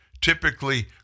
typically